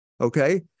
okay